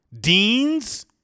Dean's